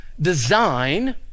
design